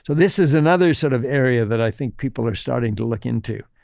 so this is another sort of area that i think people are starting to look into.